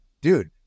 Dude